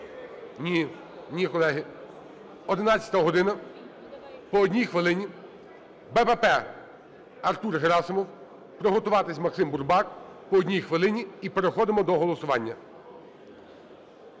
Ні, колеги. 11-а година. По одній хвилині. БПП – Артур Герасимов. Приготуватися – Максим Бурбак. По одній хвилині, і переходимо до голосування.